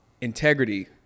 integrity